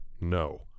no